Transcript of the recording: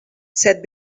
set